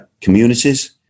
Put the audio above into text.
communities